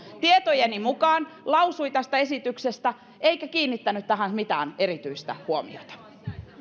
tietojeni mukaan lausui tästä esityksestä eikä kiinnittänyt tähän mitään erityistä huomiota